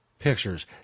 pictures